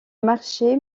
marché